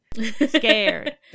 scared